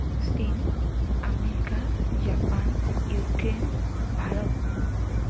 চীন America Japan Ukraine Bharat